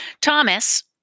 Thomas